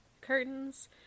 curtains